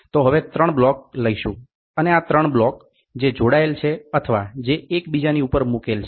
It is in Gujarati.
તો હવે 3 બ્લોક લઈશું અને આ 3 બ્લોક જે જોડાયેલ છે અથવા જે એકબીજાની ઉપર મુકેલ છે